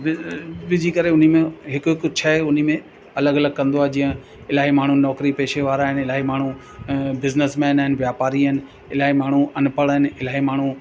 वि विझी करे उनमें हिकु हिकु शइ उनमें अलॻि अलॻि कंदो आहे जीअं इलाही माण्हू नौकिरी पेशे वारा आहिनि इलाही बिजनेसमैन आहिनि वापारी आहिनि इलाही माण्हू अनपढ़ आहिनि इलाही माण्हू